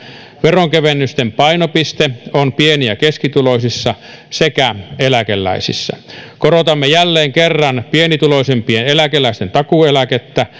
veronkevennysten painopiste on pieni ja keskituloisissa sekä eläkeläisissä korotamme jälleen kerran pienituloisimpien eläkeläisten takuueläkettä